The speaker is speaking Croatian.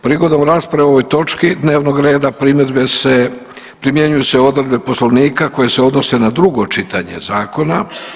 Prigodom rasprave o ovoj točki dnevnog reda primjenjuju se odredbe Poslovnika koje se odnose na drugo čitanje zakona.